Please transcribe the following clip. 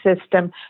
system